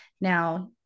Now